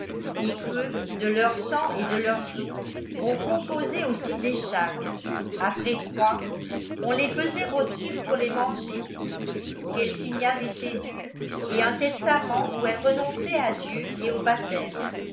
et que de leur sang et de leurs os on composait aussi des charmes après quoi on les foisait rôtir pour les manger qu'elle signa des cédnles et un testament où elle renonçait à dieu et au baptême